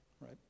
right